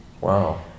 Wow